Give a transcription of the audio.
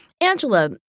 Angela